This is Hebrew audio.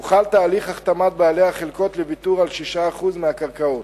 הוחל תהליך החתמת בעלי החלקות לוויתור על 6% מהקרקעות,